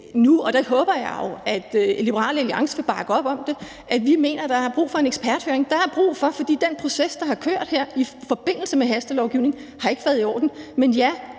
nu – og det håber jeg jo at Liberal Alliance vil bakke op om – mener, der er brug for en eksperthøring. Det er der brug for, fordi den proces, der har kørt i forbindelse med hastelovgivningen her, ikke har været i orden. Men ja,